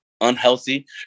unhealthy